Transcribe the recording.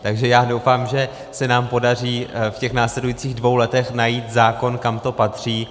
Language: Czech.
Takže já doufám, že se nám podaří v následujících dvou letech najít zákon, kam to patří.